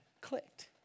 clicked